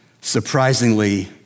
surprisingly